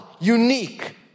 unique